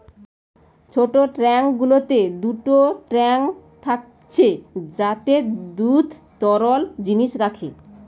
ছোট ট্যাঙ্ক গুলোতে দুটো ট্যাঙ্ক থাকছে যাতে দুধ তরল জিনিস রাখে